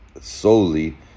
solely